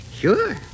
Sure